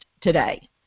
today